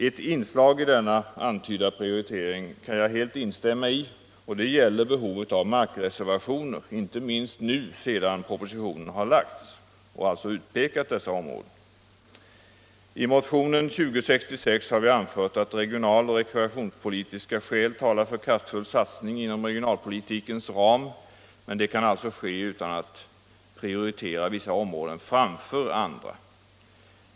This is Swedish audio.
Ett inslag i denna antydda prioritering kan jag helt instämma i, och det gäller behovet av markreservationer, inte minst nu sedan propositionen har lagts, där dessa primära områden har utpekats. I motionen 2066 har vi anfört att regionaloch rekreationspolitiska skäl talar för kraftfull satsning inom regionalpolitikens ram, men det kan i och för sig ske utan att man prioriterar vissa områden framför andra.